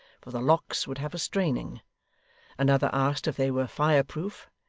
for the locks would have a straining another asked if they were fire-proof,